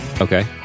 Okay